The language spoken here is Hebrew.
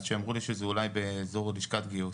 עד שאמרו לי שזה אולי באזור לשכת גיוס,